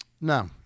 no